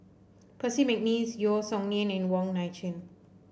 Percy McNeice Yeo Song Nian and Wong Nai Chin